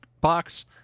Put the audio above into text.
box